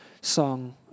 song